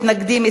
מתנגדים,